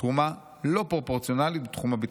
תרומה לא פרופורציונלי בתחום הביטחון.